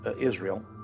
Israel